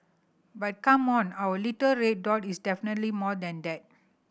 but come on our little red dot is definitely more than that